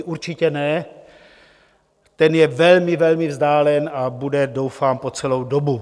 Určitě ne, ten je velmi, velmi vzdálen a bude doufám po celou dobu.